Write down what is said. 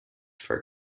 for